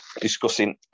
discussing